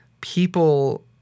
people